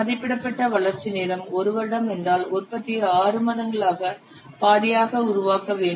மதிப்பிடப்பட்ட வளர்ச்சி நேரம் 1 வருடம் என்றால் உற்பத்தியை 6 மாதங்களாக பாதியாக உருவாக்க வேண்டும்